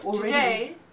Today